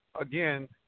again